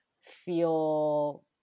feel